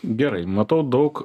gerai matau daug